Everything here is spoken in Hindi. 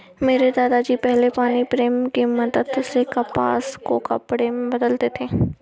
मेरे दादा जी पहले पानी प्रेम की मदद से कपास को कपड़े में बदलते थे